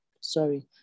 sorry